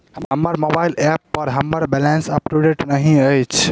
हमर mobile app पर हमर बैलेंस अपडेट नहि अछि